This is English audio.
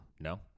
No